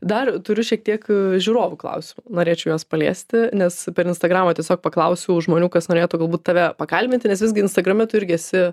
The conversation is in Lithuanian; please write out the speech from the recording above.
dar turiu šiek tiek žiūrovų klausimų norėčiau juos paliesti nes per instagramą tiesiog paklausiau žmonių kas norėtų galbūt tave pakalbinti nes visgi instagrame tu irgi esi